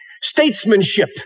Statesmanship